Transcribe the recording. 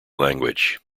language